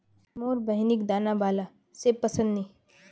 मोर बहिनिक दाना बाला सेब पसंद नी